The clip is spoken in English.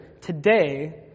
today